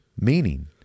Meaning